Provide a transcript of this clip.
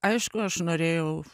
aišku aš norėjau